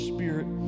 Spirit